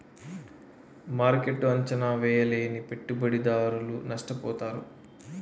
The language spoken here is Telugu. మార్కెట్ను అంచనా వేయలేని పెట్టుబడిదారులు నష్టపోతారు